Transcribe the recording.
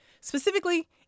specifically